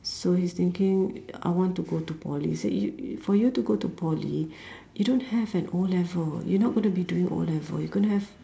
so he's thinking I want to go to Poly said you you for you to go to Poly you don't have an O-level you not going to be doing O-level you gonna have